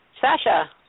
Sasha